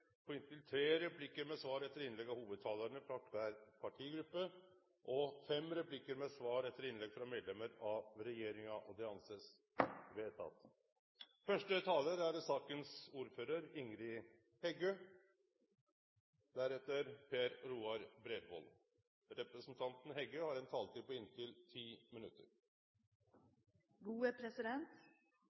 på inntil tre replikker med svar etter innlegg fra hovedtalerne fra hver partigruppe og seks replikker med svar etter innlegg fra medlemmer av regjeringen innenfor den fordelte taletid. Videre blir det foreslått at de som måtte tegne seg på talerlisten utover den fordelte taletid, får en taletid på inntil